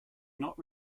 not